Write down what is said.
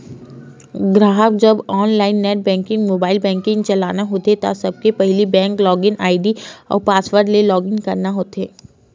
गराहक जब online net banking, mobile banking चलाना होथे त सबले पहिली बेंक लॉगिन आईडी अउ पासवर्ड ले लॉगिन करना होथे